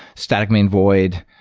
static main void,